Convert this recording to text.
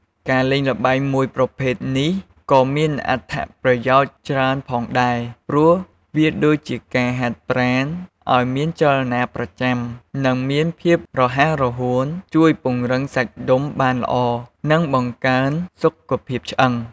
ការលេងល្បែងមួយប្រភេទនេះក៏មានអត្ថប្រយោជន៍ច្រើនផងដែរ ព្រោះវាដូចជាការហាត់ប្រាណឲ្យមានចលនាប្រចាំ និងមានភាពរហ័សរហួន ជួយពង្រឹងសាច់ដុំបានល្អ និងបង្កើនសុខភាពឆ្អឹង។